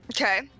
Okay